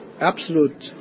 absolute